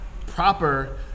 proper